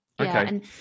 Okay